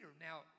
Now